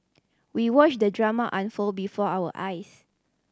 we watched the drama unfold before our eyes